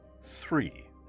three